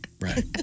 right